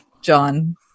John